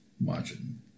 watching